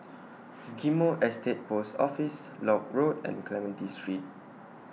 Ghim Moh Estate Post Office Lock Road and Clementi Street